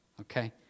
okay